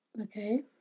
Okay